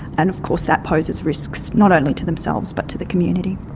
and of course that poses risks not only to themselves but to the community.